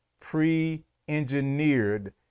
pre-engineered